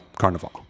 Carnival